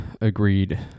agreed